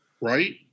right